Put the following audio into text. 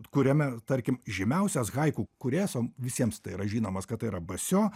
kuriame tarkim žymiausias haiku kūrėjas visiems tai yra žinomas kad tai yra basio